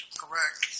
correct